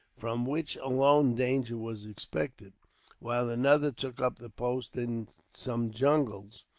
from which alone danger was expected while another took up the post in some jungles,